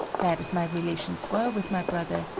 bad as my relations were with my brother,